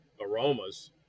aromas